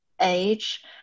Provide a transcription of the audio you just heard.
age